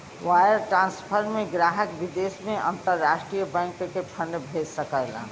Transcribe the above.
wire transfer में ग्राहक विदेश में अंतरराष्ट्रीय बैंक के फंड भेज सकलन